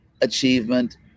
achievement